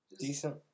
Decent